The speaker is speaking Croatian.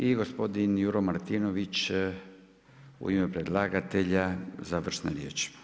I gospodin Juro Martinović u ime predlagatelja završna riječ.